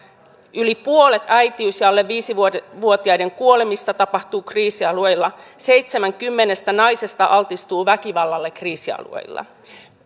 yli puolet äitiys ja alle viisivuotiaiden kuolemista tapahtuu kriisialueilla seitsemän kymmenestä naisesta altistuu väkivallalle kriisialueilla